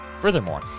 Furthermore